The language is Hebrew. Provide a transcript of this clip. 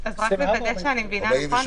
רק לוודא שאני מבינה נכון.